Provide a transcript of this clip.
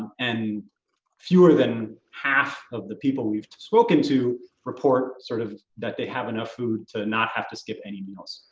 and fewer than half of the people we've spoken to report sort of that they have enough food to not have to skip any meals.